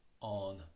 on